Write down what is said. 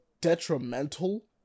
detrimental